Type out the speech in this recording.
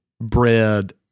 bread